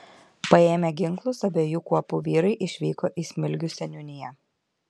paėmę ginklus abiejų kuopų vyrai išvyko į smilgių seniūniją